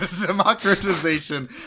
democratization